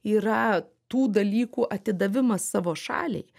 yra tų dalykų atidavimas savo šaliai